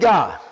God